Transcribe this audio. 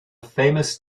famous